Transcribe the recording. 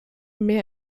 mehr